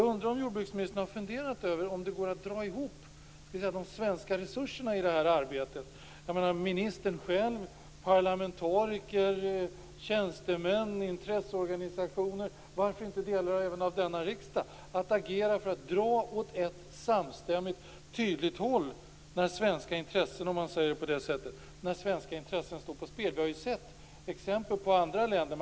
Jag undrar om jordbruksministern har funderat över om det går att dra ihop de svenska resurserna i detta arbete - ministern själv, parlamentariker, tjänstemän, intresseorganisationer och varför inte delar även av denna riksdag - för att agera för att dra åt ett samstämmigt och tydligt håll när svenska intressen står på spel. Vi har ju sett exempel från andra länder.